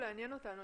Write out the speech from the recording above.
הישוב בתקנות 9,